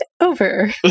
over